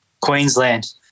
Queensland